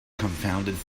confounded